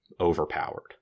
overpowered